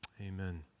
Amen